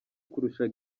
kurusha